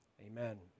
Amen